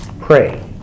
pray